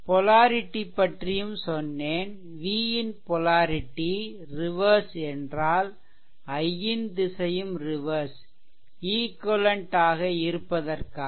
polarity பற்றியும் சொன்னேன் v ன் பொலாரிட்டி ரிவெர்ஸ் என்றால் i ன் திசையும் ரிவெர்ஸ் ஈக்வேலென்ட் ஆக இருப்பதற்காக